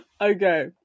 Okay